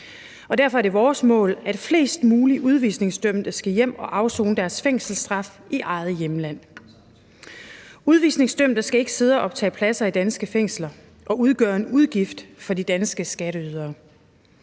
derfor er det vores mål, at flest mulige udvisningsdømte skal hjem og afsone deres fængselsstraf i eget hjemland. Udvisningsdømte skal ikke sidde og optage pladser i danske fængsler og udgøre en udgift for de danske skatteydere.